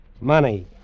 Money